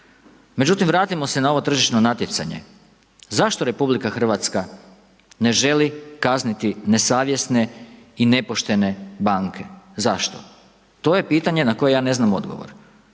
Međutim vratimo se na ovo tržišno natjecanje. Zašto RH ne želi kazniti nesavjesne i nepoštene banke? Zašto? To je pitanje na koje ja ne znam odgovor.